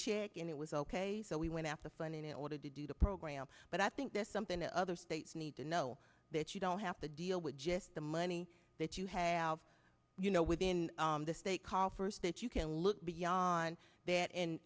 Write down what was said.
it and it was ok so we went after funding in order to do the program but i think that's something the other states need i know that you don't have to deal with just the money that you have you know within the state coffers that you can look beyond that and